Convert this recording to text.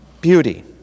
beauty